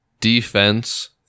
Defense